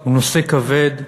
הוא נושא כבד,